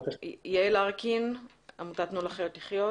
יעל ארקין, עמותת תנו לחיות לִחיות